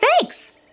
Thanks